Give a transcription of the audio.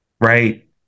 right